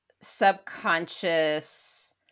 subconscious